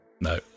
No